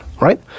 right